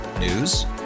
News